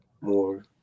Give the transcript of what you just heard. More